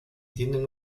tienen